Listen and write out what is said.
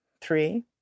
three